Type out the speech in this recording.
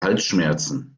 halsschmerzen